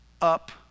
up